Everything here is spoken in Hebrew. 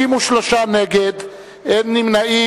63 נגד, אין נמנעים.